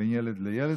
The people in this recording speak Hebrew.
בין ילד לילד,